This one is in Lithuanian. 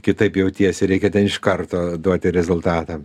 kitaip jautiesi reikia ten iš karto duoti rezultatą